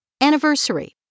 anniversary